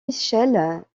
michel